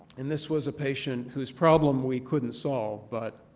and this was a patient whose problem we couldn't solve but